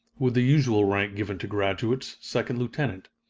with the usual rank given to graduates, second lieutenant,